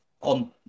on